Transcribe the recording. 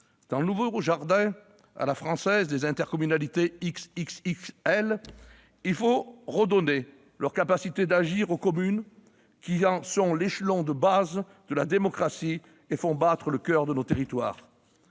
Dans le nouveau jardin à la française des intercommunalités « XXXL », il faut redonner aux communes les capacités d'agir, car elles sont l'échelon de base de la démocratie et font battre le coeur de nos territoires.